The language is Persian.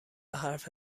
حرف